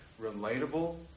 relatable